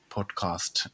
Podcast